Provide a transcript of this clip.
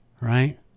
right